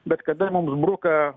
bet kada mums bruka